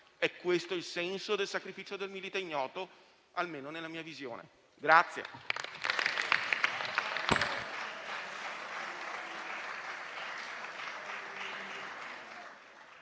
È questo il senso del sacrificio del Milite Ignoto, almeno nella mia visione.